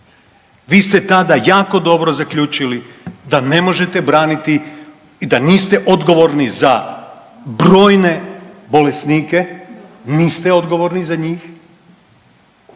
Vi ste tada jako dobro zaključili da ne možete braniti i da niste odgovorni za brojne bolesnike, niste odgovorni za njih,